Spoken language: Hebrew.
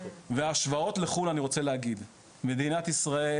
ההשוואות לחו"ל אני רוצה להגיד, מדינת ישראל